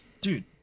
dude